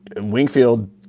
Wingfield